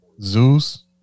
Zeus